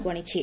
କୁ ଆଶିଛି